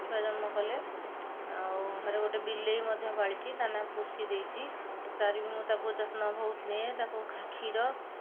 ଛୁଆ ଜନ୍ମ କଲେ ଆଉ ଘରେ ଗୋଟେ ବିଲେଇ ମଧ୍ୟ ପାଳିଛି ତା ନାଁ ପୁଷି ଦେଇଛି ତା'ର ବି ମୁଁ ତାକୁ ଯତ୍ନ ବହୁତ ମୁଁ ନିଏ ତାକୁ କ୍ଷୀର